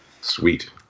Sweet